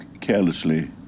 carelessly